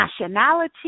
nationality